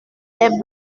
les